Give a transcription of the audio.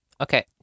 okay